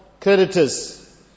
creditors